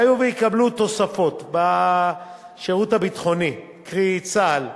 היה ויקבלו תוספות בשירות הביטחוני, קרי צה"ל,